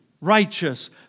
righteous